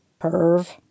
Perv